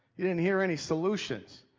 you didn't hear any solutions.